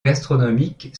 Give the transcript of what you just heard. gastronomique